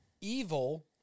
evil